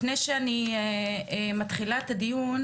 לפני שאני מתחילה את הדיון,